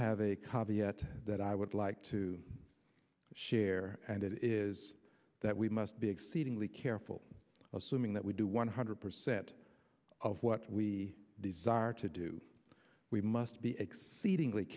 have a copy at that i would like to share and it is that we must be exceedingly careful assuming that we do one hundred percent of what we desire to do we must be exceedingly